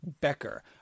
Becker